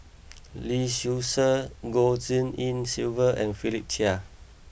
Lee Seow Ser Goh Tshin En Sylvia and Philip Chia